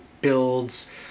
builds